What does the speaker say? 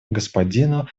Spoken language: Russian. господину